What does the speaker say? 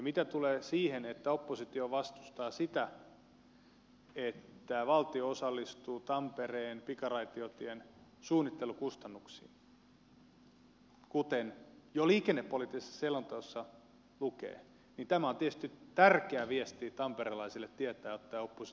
mitä tulee siihen että oppositio vastustaa sitä että valtio osallistuu tampereen pikaraitiotien suunnittelukustannuksiin kuten jo liikennepoliittisessa selonteossa lukee niin tämä on tietysti tärkeä viesti tamperelaisille tietää että oppositio sitä nyt vastustaa